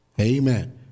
Amen